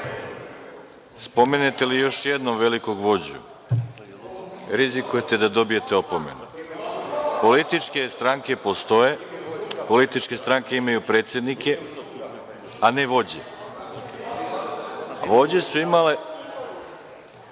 spomenete li još jednom velikog vođu, rizikujete da dobijete opomenu. Političke stranke postoje, političke stranke imaju predsednike, a ne vođe. Neke druge